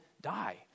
die